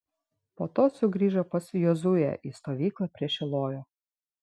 po to sugrįžo pas jozuę į stovyklą prie šilojo